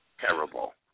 Terrible